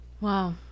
Wow